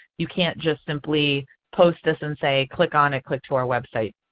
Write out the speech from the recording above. you can't just simply post this and say click on and click to our website.